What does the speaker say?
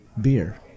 beer